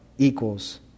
Equals